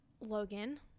Logan